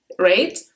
right